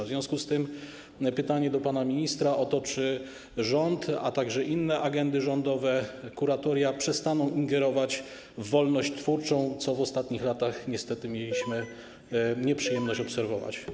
W związku z tym pytanie do pana ministra o to, czy rząd, a także inne agendy rządowe, kuratoria przestaną ingerować w wolność twórczą, co w ostatnich latach niestety mieliśmy nieprzyjemność obserwować.